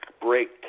break